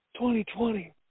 2020